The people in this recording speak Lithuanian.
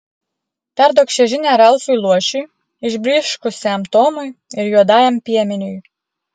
perduok šią žinią ralfui luošiui išblyškusiam tomui ir juodajam piemeniui